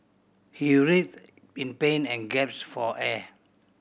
he writhed in pain and gaps for air